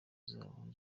zabo